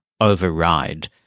override